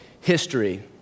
history